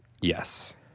Yes